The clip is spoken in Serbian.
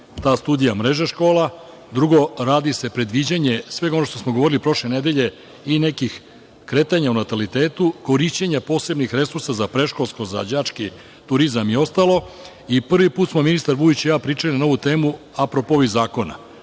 ta studija mreže škola, drugo, radi se predviđanje svega onoga što smo govorili prošle nedelje, i nekih kretanja, o natalitetu, korišćenja posebnih resursa za predškolsko, za đački turizam i ostalo. Prvi put smo ministar Vujović i ja pričali na ovu temu, apropo ovih zakona,